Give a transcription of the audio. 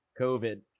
COVID